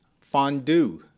Fondue